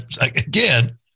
again